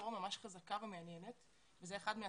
כאן היא ממש חזקה ומעניינת וזאת בגלל